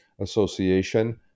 association